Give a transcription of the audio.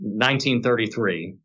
1933